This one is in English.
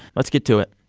let's get to it.